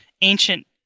ancient